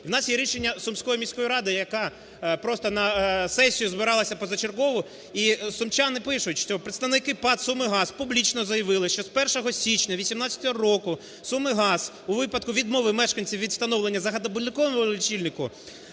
в нас є рішення Сумської міської ради, яка просто на сесію збиралася позачергову. І сумчани пишуть, що представники ПАТ "Сумигаз" публічно заявили, що з 1 січня 18 року "Сумигаз" у випадку відмови мешканців від встановлення загальнобудинкового лічильника